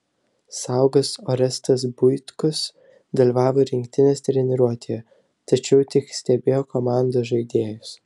saugas orestas buitkus dalyvavo rinktinės treniruotėje tačiau tik stebėjo komandos žaidėjus